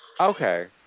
Okay